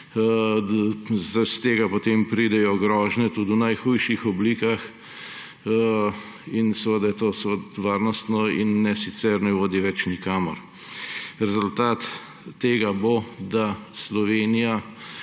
Iz tega potem pridejo grožnje tudi v najhujših oblikah in seveda to ne varnostno ne sicer ne vodi več nikamor. Rezultat tega bo, da Slovenija